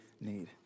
need